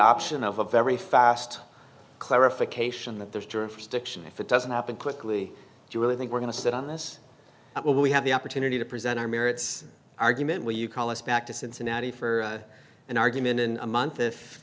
option of a very fast clarification that there's jurisdiction if it doesn't happen quickly do you really think we're going to sit on this will we have the opportunity to present our merits argument will you call us back to cincinnati for an argument in a month if